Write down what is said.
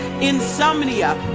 insomnia